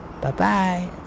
bye-bye